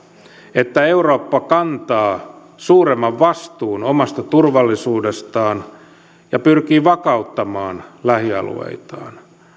että eurooppa kantaa suuremman vastuun omasta turvallisuudestaan ja pyrkii vakauttamaan lähialueitaan